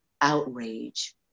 outrage